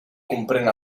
comprèn